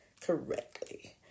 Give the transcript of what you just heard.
Correctly